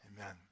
Amen